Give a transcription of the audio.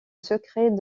secret